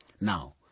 Now